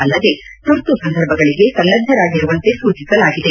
ಅಲ್ಲದೆ ತುರ್ತು ಸಂದರ್ಭಗಳಿಗೆ ಸನ್ನದ್ದರಾಗಿರುವಂತೆ ಸೂಚಿಸಲಾಗಿದೆ